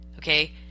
Okay